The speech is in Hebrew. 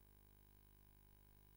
כל כך דחוסים.